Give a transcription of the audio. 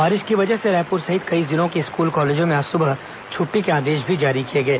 बारिश की वजह से रायपुर सहित कई जिलों के स्कूल कॉर्लेजों में आज सुबह छुट्टी के आदेश भी जारी किए गए